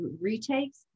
retakes